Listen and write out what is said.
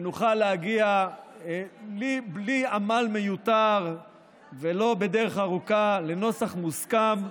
שנוכל להגיע בלי עמל מיותר ולא בדרך ארוכה לנוסח מוסכם,